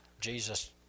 Jesus